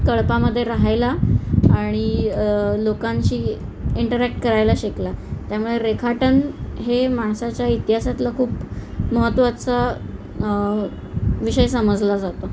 कळपामध्ये राहायला आणि लोकांशी इंटरॅक्ट करायला शिकला त्यामुळे रेखाटन हे माणसाच्या इतिहासातलं खूप महत्त्वाचा विषय समजला जातो